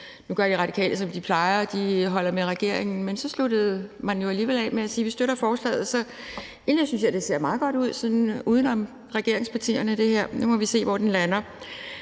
nu gør De Radikale, som de plejer; de holder med regeringen. Men så sluttede man jo alligevel af med at sige: Vi støtter forslaget. Så egentlig synes jeg, det ser meget godt ud sådan uden om regeringspartierne, så nu må vi se, hvor den lander.